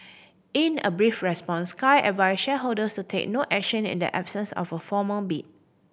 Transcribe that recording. in a brief response Sky advised shareholders to take no action in the absence of a formal bid